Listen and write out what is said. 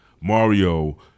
Mario